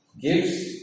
gives